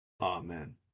Amen